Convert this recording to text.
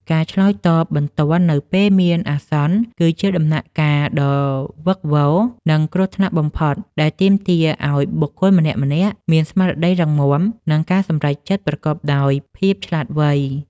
ការឆ្លើយតបបន្ទាន់នៅពេលមានអាសន្ន គឺជាដំណាក់កាលដ៏វីកវរ និងគ្រោះថ្នាក់បំផុត ដែលទាមទារឱ្យបុគ្គលម្នាក់ៗមានស្មារតីរឹងមាំ និងការសម្រេចចិត្តប្រកបដោយភាពឆ្លាតវៃ។